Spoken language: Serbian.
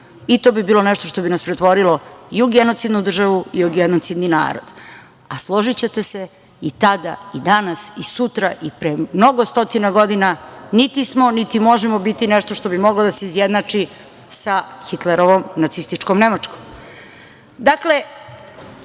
To bi bilo nešto što bi nas pretvorilo i u genocidnu državu i u genocidni narod. Složićete se, i tada i danas i sutra i pre mnogo stotina godina niti smo, niti možemo biti nešto što bi moglo da se izjednači sa Hitlerovom Nacističkom Nemačkom. Dakle,